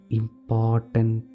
important